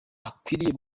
akwiriye